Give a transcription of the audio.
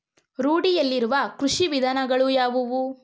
ರೂಢಿಯಲ್ಲಿರುವ ಕೃಷಿ ವಿಧಾನಗಳು ಯಾವುವು?